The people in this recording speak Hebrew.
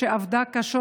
שעבדה קשות,